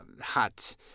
hot